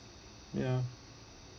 ya